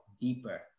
deeper